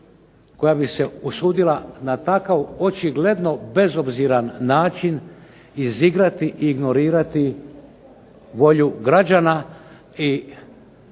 Hvala vama.